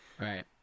Right